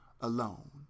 alone